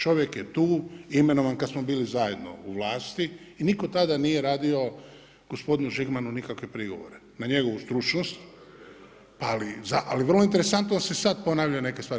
Čovjek je tu, imenovan, kad smo bili zajedno u vlasti i nitko tada nije radio gospodinu Žigmanu nikakve prigovore, na njegovu stručnost, ali vrlo interesantno da se sad ponavljaju neke stvari.